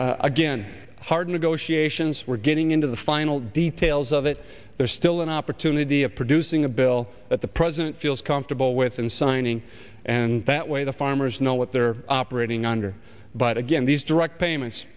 again hard negotiations we're getting into the final details of it there's still an opportunity of producing a bill that the president feels comfortable with and signing and that way the farmers know what they're operating under but again these direct payments